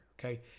Okay